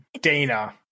dana